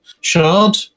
shard